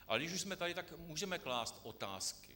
Ale když už jsme tady, tak můžeme klást otázky.